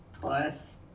Plus